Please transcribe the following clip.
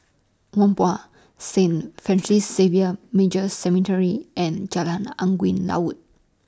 Whampoa Saint Francis Xavier Major Seminary and Jalan Angin Laut